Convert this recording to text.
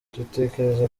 dutekereza